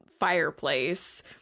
fireplace